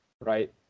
right